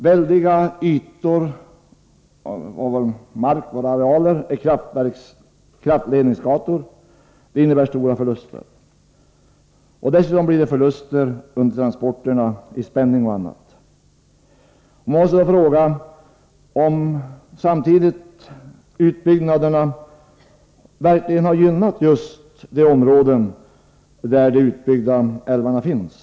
Väldiga markytor är kraftledningsgator, vilket innebär stora förluster. Dessutom blir det förluster vid transporterna när det gäller bl.a. spänning. Jag måste fråga om utbyggnaden verkligen har gynnat just de områden där de utbyggda älvarna finns.